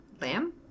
Lamb